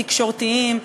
תקשורתיים,